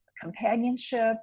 companionship